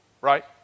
right